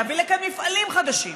להביא לכאן מפעלים חדשים,